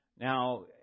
Now